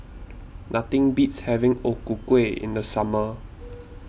nothing beats having O Ku Kueh in the summer